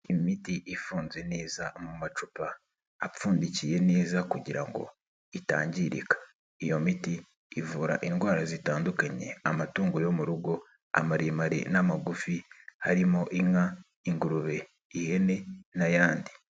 Imiti ifunze neza mu macupa apfundikiye neza kugira ngo itangirika, iyo miti ivura indwara zitandukanye amatungo yo mu rugo amaremare n'amagufi harimo inka, ingurube, ihene n'ayandi.